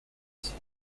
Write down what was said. است